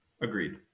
Agreed